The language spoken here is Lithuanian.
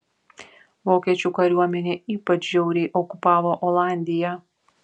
vokiečių kariuomenė ypač žiauriai okupavo olandiją